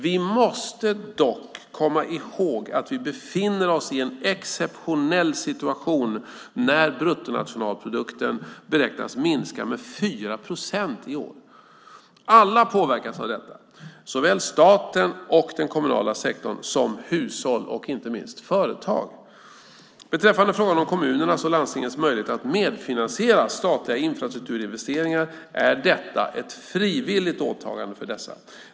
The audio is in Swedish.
Vi måste dock komma ihåg att vi befinner oss i en exceptionell situation när bruttonationalprodukten beräknas minska med 4 procent i år. Alla påverkas av detta, såväl staten och den kommunala sektorn som hushåll och inte minst företag. Beträffande frågan om kommunernas och landstingens möjligheter att medfinansiera statliga infrastrukturinvesteringar är detta ett frivilligt åtagande för dessa.